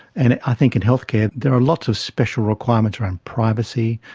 and i think in healthcare there are lots of special requirements around privacy,